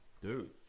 dude